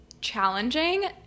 challenging